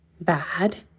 bad